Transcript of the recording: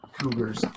cougars